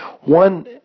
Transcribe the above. One